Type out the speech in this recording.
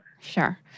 Sure